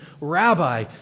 Rabbi